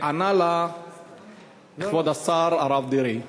ענה לה כבוד השר הרב דרעי.